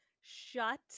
Shut